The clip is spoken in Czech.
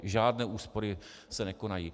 Žádné úspory se nekonají.